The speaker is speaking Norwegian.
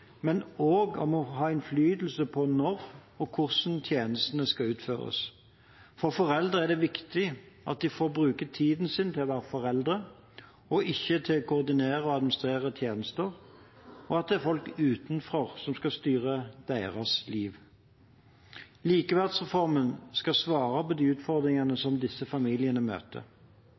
men også om innflytelse på når og hvordan tjenestene skal utføres. For foreldrene er det viktig at de får bruke tiden sin til å være foreldre og ikke til å koordinere og administrere tjenester, og at det ikke er folk utenfor som skal styre deres liv. Likeverdsreformen skal svare på de utfordringene som disse familiene møter.